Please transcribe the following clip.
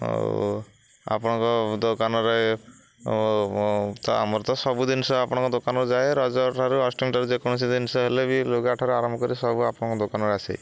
ଆଉ ଆପଣଙ୍କ ଦୋକାନରେ ତ ଆମର ତ ସବୁ ଜିନିଷ ଆପଣଙ୍କ ଦୋକାନରୁ ଯାଏ ରଜଠାରୁ ଅଷ୍ଟମୀଠାରୁ ଯେକୌଣସି ଜିନଷ ହେଲେ ବି ଲୁଗାଠାରୁ ଆରମ୍ଭ କରି ସବୁ ଆପଣଙ୍କ ଦୋକାନରୁ ଆସେ